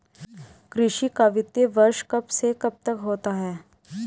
कृषि का वित्तीय वर्ष कब से कब तक होता है?